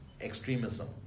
extremism